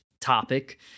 topic